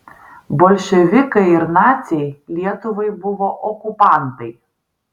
bolševikai ir naciai lietuvai buvo okupantai